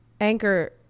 anchor